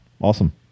Awesome